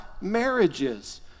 marriages